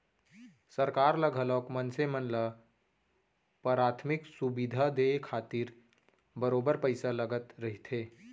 सरकार ल घलोक मनसे मन ल पराथमिक सुबिधा देय खातिर बरोबर पइसा लगत रहिथे